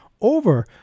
over